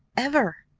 ever!